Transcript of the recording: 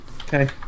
Okay